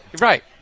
Right